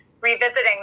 revisiting